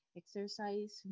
exercise